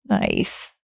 Nice